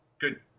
good